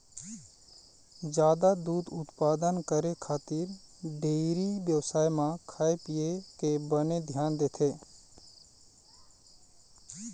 जादा दूद उत्पादन करे खातिर डेयरी बेवसाय म खाए पिए के बने धियान देथे